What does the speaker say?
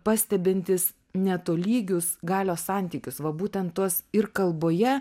pastebintis netolygius galios santykius va būtent tuos ir kalboje